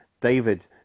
David